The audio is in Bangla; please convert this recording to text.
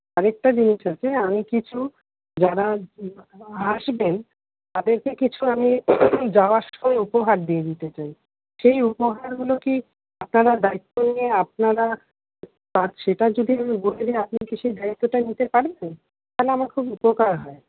আরেকটা জিনিস আছে আমি কিছু যারা আসবেন তাদেরকে কিছু আমি যাওয়ার সময় উপহার দিয়ে দিতে চাই সেই উপহারগুলো কি আপনারা দায়িত্ব নিয়ে আপনারা তা সেটা যদি আমি বলে দিই আপনারা কি সেই দায়িত্বটা নিতে পারবেন তাহলে আমার খুব উপকার হয়